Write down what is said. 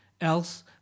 else